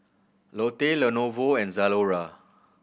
Lotte Lenovo and Zalora